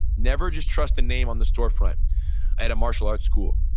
never just trust the name on the storefront at a martial arts school.